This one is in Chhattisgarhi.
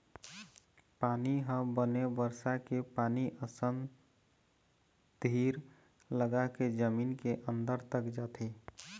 पानी ह बने बरसा के पानी असन धीर लगाके जमीन के अंदर तक जाथे